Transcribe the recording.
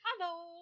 Hello